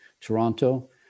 Toronto